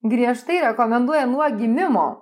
griežtai rekomenduoja nuo gimimo